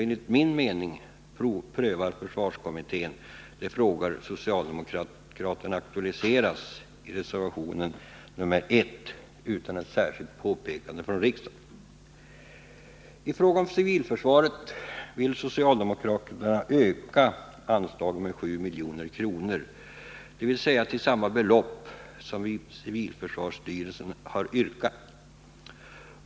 Enligt min mening prövar försvarskommittén de frågor socialdemokraterna aktualiserat i reservation I utan särskilt påpekande från riksdagen. I fråga om civilförsvaret vill socialdemokraterna öka anslagen med 7 milj.kr., dvs. till samma belopp som civilförsvarsstyrelsen yrkat.